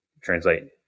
translate